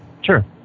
sure